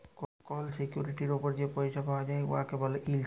call সিকিউরিটির উপর যে পইসা পাউয়া যায় উয়াকে ব্যলে ইল্ড